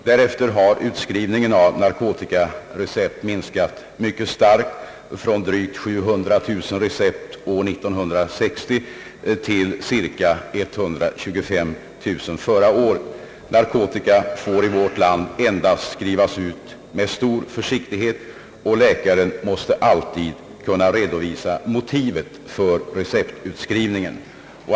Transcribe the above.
Därefter har utskrivningen av narkotikarecept minskat mycket starkt från drygt 700 000 recept år 1960 till cirka 125 000 förra året. Narkotika får i vårt land endast skrivas ut med stor försiktighet, och läkaren måste alltid kunna redovisa motivet för receptutskrivningen.